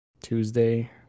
Tuesday